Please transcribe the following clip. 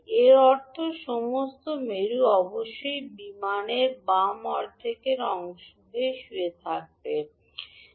এর অর্থ হল সমস্ত মেরু অবশ্যই বিমানের বাম অর্ধেক অংশে শুয়ে থাকতে হবে